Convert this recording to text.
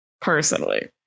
personally